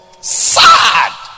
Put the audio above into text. Sad